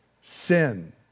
sin